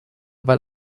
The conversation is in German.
weil